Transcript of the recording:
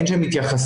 אין שם התייחסות,